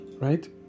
right